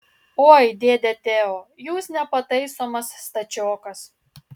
oi dėde teo jūs nepataisomas stačiokas